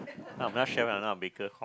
I'm not sure whether